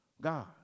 God